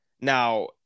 Now